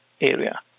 area